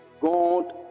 God